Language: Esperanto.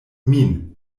min